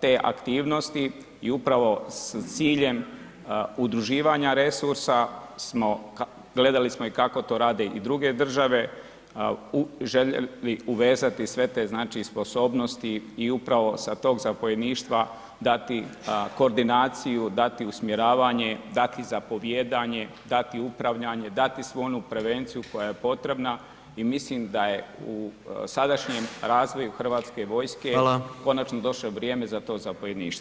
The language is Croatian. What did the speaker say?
te aktivnosti i upravo s ciljem udruživanja resursa smo, gledali smo i kako to rade i druge države, željeli uvezati sve te znači sposobnosti i upravo sa tog zapovjedništva dati koordinaciju, dati usmjeravanje, dati zapovijedanje, dati upravljane, dati svu onu prevenciju koja je potrebna i mislim da je u sadašnjem razvoju Hrvatske vojske konačno došlo vrijeme za to zapovjedništvo.